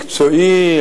מקצועי,